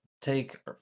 take